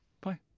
Bye